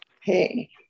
Hey